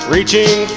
Reaching